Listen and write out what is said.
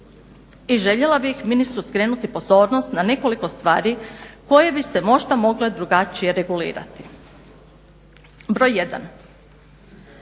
i željela bih ministru skrenuti pozornost na nekoliko stvari koje bi se možda mogle drugačije regulirati. Broj 1,